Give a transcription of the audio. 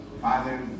Father